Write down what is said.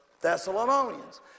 Thessalonians